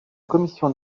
commission